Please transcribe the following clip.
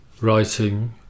writing